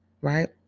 right